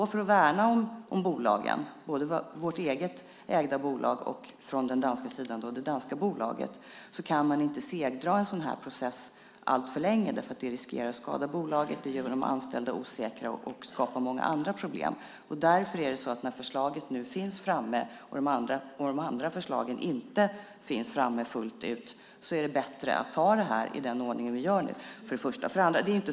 För att värna om bolagen, både vårt eget ägda bolag och, från den danska sidan, det danska bolaget, kan man inte segdra en sådan process alltför länge eftersom det riskerar att skada bolagen, göra de anställda osäkra och skapa många andra problem. När förslaget nu finns framtaget, och de andra förslagen ännu inte finns fullt ut, är det bättre att ta det i den ordning vi nu gör.